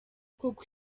kuko